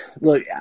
look